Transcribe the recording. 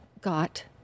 got